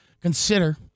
consider